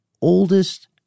oldest